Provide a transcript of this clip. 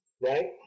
Right